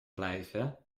blijven